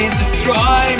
destroy